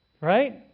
Right